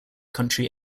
country